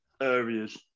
areas